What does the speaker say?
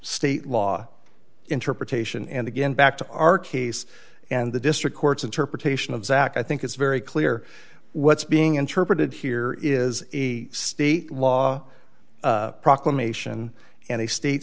state law in her petition and again back to our case and the district court's interpretation of zack i think it's very clear what's being interpreted here is a state law proclamation and a state